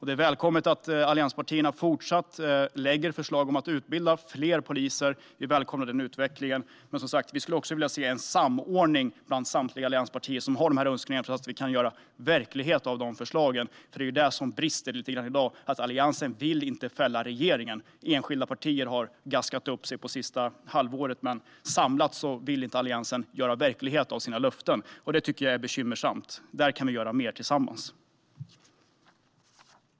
Det är välkommet att allianspartierna fortsatt lägger fram förslag om att utbilda fler poliser. Vi välkomnar det, men vi skulle också vilja se en samordning bland samtliga allianspartier så att vi kan göra verklighet av dessa förslag. Det är ju det som brister lite grann i dag. Alliansen vill inte fälla regeringen. Enskilda partier har gaskat upp sig under de senaste halvåret, men samlat vill Alliansen inte göra verklighet av sina löften, och det tycker jag är bekymmersamt. Där kan vi göra mer tillsammans.